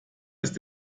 ist